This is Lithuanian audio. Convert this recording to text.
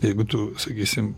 jeigu tu sakysim